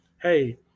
hey